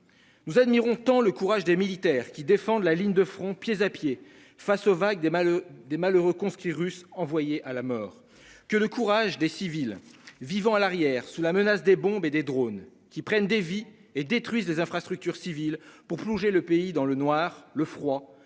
Nous admirons tant le courage des militaires qui défendent la ligne de front, pied à pied face aux vagues des mâles des malheureux conscrits russes envoyés à la mort, que le courage des civils vivant à l'arrière, sous la menace des bombes et des drone qui prennent des vies et détruisent des infrastructures civiles pour plonger le pays dans le noir, le froid,